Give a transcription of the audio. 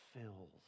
fills